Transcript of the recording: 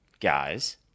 guys